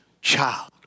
child